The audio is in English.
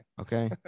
okay